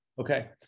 Okay